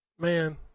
man